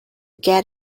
get